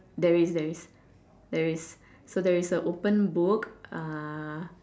there is there is there is so there is a open book uh